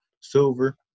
silver